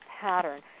pattern